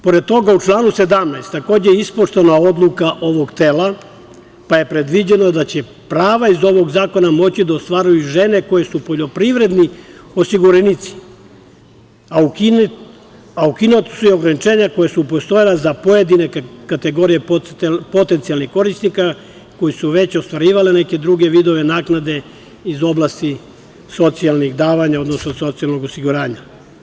Pored toga, u članu 17. takođe je ispoštovana odluka ovog tela, pa je predviđeno da će prava iz ovog zakona moći da ostvaruju i žene koje su poljoprivredni osiguranici, a ukinuta su i ograničenja koja su postojala za pojedine kategorije potencijalnih korisnika koji su već ostvarivali neke druge vidove naknade iz oblasti socijalnih davanja, odnosno socijalnog osiguranja.